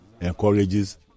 encourages